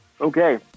Okay